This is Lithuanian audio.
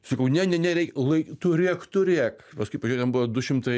sakau ne ne nereik lai turėk turėk paskui pažiūriu ten buvo du šimtai